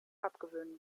abgewöhnen